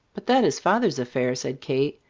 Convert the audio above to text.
but that is father's affair, said kate.